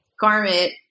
garment